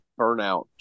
burnout